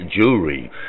Jewelry